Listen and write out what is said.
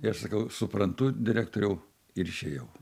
tai aš sakau suprantu direktoriau ir išėjau